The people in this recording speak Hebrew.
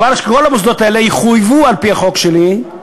מדובר שכל המוסדות האלה יחויבו, על-פי החוק שלי,